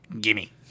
Gimme